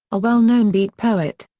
a well known beat poet.